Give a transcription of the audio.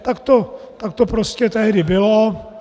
Tak to prostě tehdy bylo.